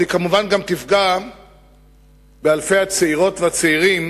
אבל היא גם תפגע באלפי הצעירות והצעירים